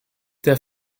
der